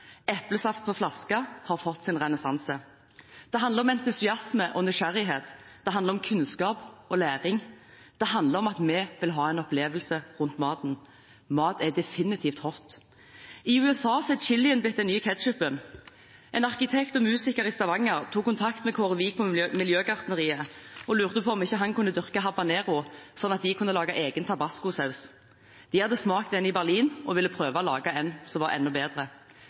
Eplesaft på flasker har fått sin renessanse. Det handler om entusiasme og nysgjerrighet. Det handler om kunnskap og læring. Det handler om at vi vil ha en opplevelse rundt maten. Mat er definitivt hot! I USA er chilien blitt den nye ketchupen. En arkitekt og en musiker i Stavanger tok kontakt med Kåre Wiig på Miljøgartneriet og lurte på om ikke han kunne dyrke habanero, slik at de kunne lage egen tabascosaus. De hadde smakt en i Berlin og ville prøve å lage en som var enda bedre.